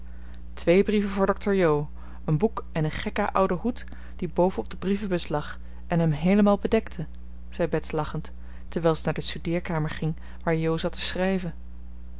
twee brieven voor dr jo een boek en een gekke oude hoed die boven op de brievenbus lag en hem heelemaal bedekte zei bets lachend terwijl ze naar de studeerkamer ging waar jo zat te schrijven